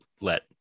let